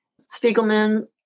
Spiegelman